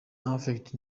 affleck